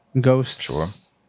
ghosts